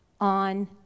on